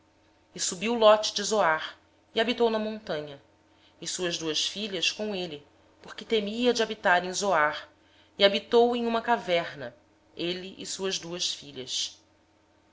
e subiu ló de zoar e habitou no monte e as suas duas filhas com ele porque temia habitar em zoar e habitou numa caverna ele e as suas duas filhas